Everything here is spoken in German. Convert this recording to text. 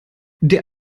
der